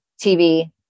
TV